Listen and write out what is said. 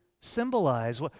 symbolize